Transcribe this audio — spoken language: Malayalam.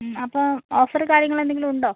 അപ്പം ഓഫർ കാര്യങ്ങൾ എന്തെങ്കിലും ഉണ്ടോ